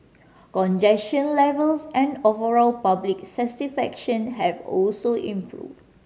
congestion levels and overall public satisfaction have also improved